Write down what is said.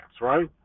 right